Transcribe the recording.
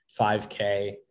5K